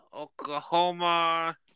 Oklahoma